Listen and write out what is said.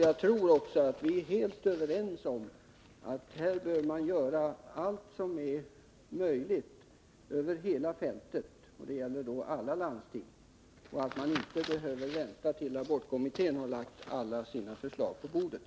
Jag tror att vi är helt överens om att man här behöver göra allt som är möjligt över hela fältet — det gäller alla landsting — så att man inte väntar tills abortkommittén har lagt alla sina förslag på bordet.